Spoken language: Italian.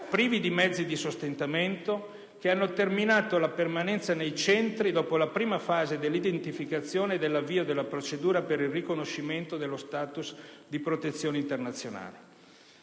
privi di mezzi di sostentamento, che hanno terminato la permanenza nei centri dopo la prima fase dell'identificazione e dell'avvio della procedura per il riconoscimento dello *status* di protezione internazionale.